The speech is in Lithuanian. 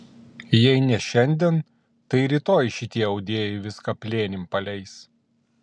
jei ne šiandien tai rytoj šitie audėjai viską plėnim paleis